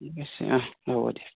ঠিক আছে অঁহ হ'ব দিয়া